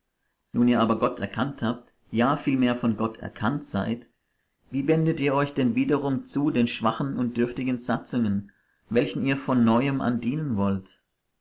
nun ihr aber gott erkannt habt ja vielmehr von gott erkannt seid wie wendet ihr euch denn wiederum zu den schwachen und dürftigen satzungen welchen ihr von neuem an dienen wollt